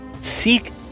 Seek